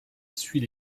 suit